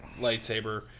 lightsaber